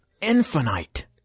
Infinite